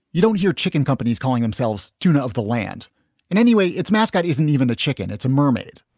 you don't hear chicken companies calling themselves duna of the land in any way. its mascot isn't even a chicken. it's a mermaid